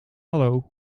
hallo